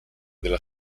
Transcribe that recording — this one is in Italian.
della